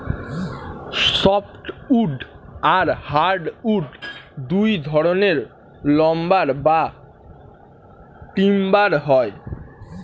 soft wood আর hardwood দুই ধরনের লাম্বার বা টিম্বার হয়